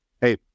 Hey